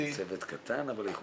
צוות קטן, אבל איכותי.